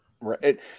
Right